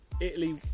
Italy